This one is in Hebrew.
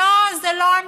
לא, זה לא אני.